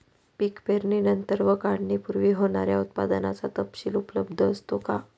पीक पेरणीनंतर व काढणीपूर्वी होणाऱ्या उत्पादनाचा तपशील उपलब्ध असतो का?